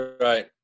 right